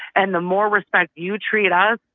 and the more respect you treat us,